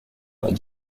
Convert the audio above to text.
not